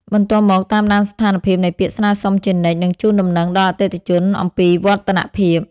បន្ទាប់មក តាមដានស្ថានភាពនៃពាក្យស្នើសុំជានិច្ច និងជូនដំណឹងដល់អតិថិជនអំពីវឌ្ឍនភាព។